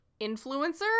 influencer